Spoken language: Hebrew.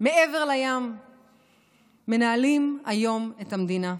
מעבר לים מנהלים היום את המדינה.